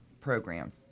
program